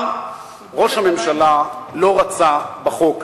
אבל ראש הממשלה לא רצה בחוק הזה.